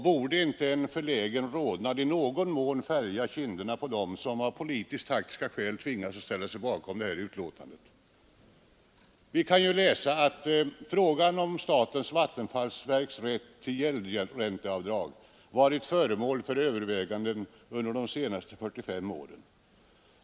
Borde inte en förlägen rodnad i någon mån färga kinderna på dem som av politiskt taktiska skäl tvingats ställa sig bakom detta betänkande? I utskottsbetänkandet kan vi läsa att ”frågan om statens vattenfallsverks rätt till gäldränteavdrag varit föremål för övervägande under de senaste 45 åren.